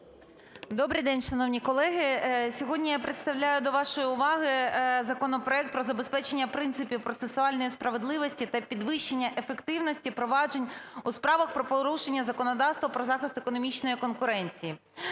Добрий день, шановні колеги! Сьогодні я представляю до вашої уваги законопроект про забезпечення принципів процесуальної справедливості та підвищення ефективності проваджень у справах про порушення законодавства про захист економічної конкуренції.